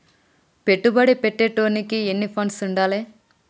పెట్టుబడి పెట్టేటోనికి ఎన్ని ఫండ్స్ ఉండాలే?